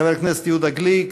חבר הכנסת יהודה גליק.